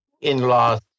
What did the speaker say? in-laws